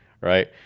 Right